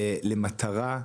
למטרה,